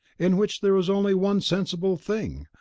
in which there was only one sensible thing,